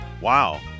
Wow